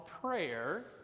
prayer